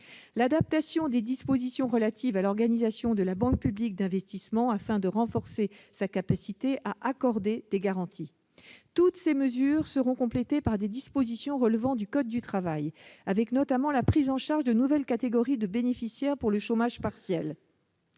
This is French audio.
l'adaptation des dispositions relatives à l'organisation de la Banque publique d'investissement, afin de renforcer sa capacité à accorder des garanties. Toutes ces mesures seront complétées par des dispositions relevant du code du travail. Je pense notamment à la prise en charge de nouvelles catégories de bénéficiaires au titre du chômage partiel.